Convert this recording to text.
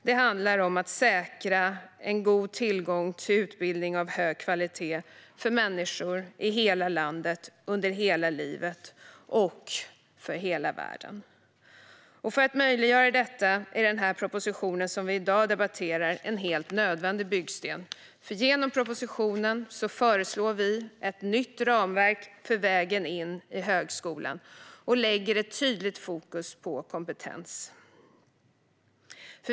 Det handlar om att säkra en god tillgång till utbildning av hög kvalitet för människor i hela landet, under hela livet och för hela världen. För att möjliggöra detta är den proposition som vi i dag debatterar en helt nödvändig byggsten. Genom propositionen föreslår vi ett nytt ramverk för vägen in i högskolan och lägger ett tydligt fokus på kompetens.